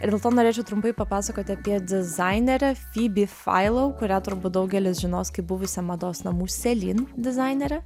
ir dėl to norėčiau trumpai papasakoti apie dizainerę fibi failau kurią turbūt daugelis žinos kaip buvusią mados namų celine dizainerę